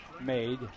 made